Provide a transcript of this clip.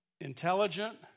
intelligent